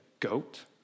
goat